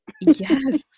Yes